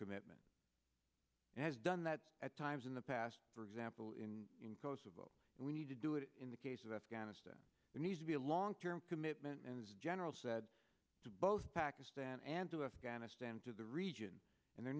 commitment and has done that at times in the past for example in kosovo and we need to do it in the case of afghanistan it needs to be a long term commitment and general said to both pakistan and to afghanistan to the region and there